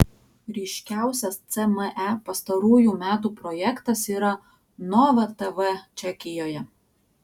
ryškiausias cme pastarųjų metų projektas yra nova tv čekijoje